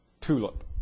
TULIP